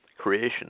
creation